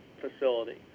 facility